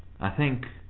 i think,